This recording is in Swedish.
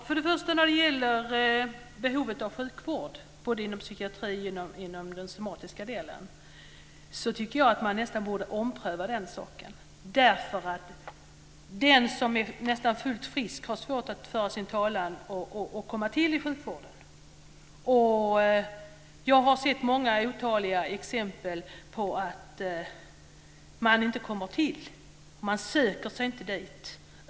Fru talman! När det gäller behovet av sjukvård både inom psykiatrin och inom den somatiska delen tycker jag nästan att man borde ompröva den saken därför att den som är nästan fullt frisk har svårt att föra sin talan och komma till i sjukvården. Jag har sett otaliga exempel på detta. Man söker sig inte dit.